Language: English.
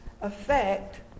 affect